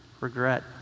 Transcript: Regret